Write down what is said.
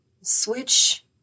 switch